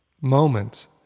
moment